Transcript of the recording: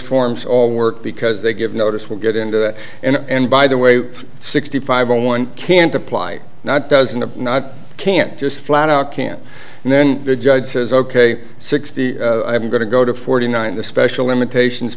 forms all work because they give notice will get into it and by the way sixty five only one can't apply not doesn't not can't just flat out can't and then the judge says ok sixty i'm going to go to forty nine the special limitations